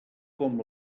com